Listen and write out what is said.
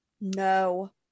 No